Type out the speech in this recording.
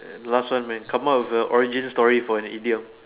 eh last one man come up with a original story for an idiom